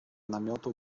namiotu